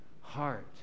Heart